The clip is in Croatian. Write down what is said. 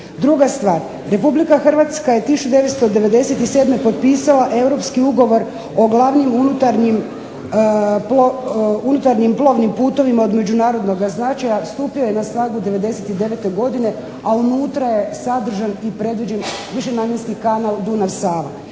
Druga stvar, Republika Hrvatska je 1997. potpisala Europski ugovor o glavnim unutarnjim plovnim putovima od međunarodnoga značaja. Stupio je na snagu '99. godine, a unutra je sadržan i predviđen višenamjenski kanal Dunav – Sava.